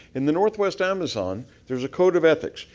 in the northwest amazon there's a code of ethics.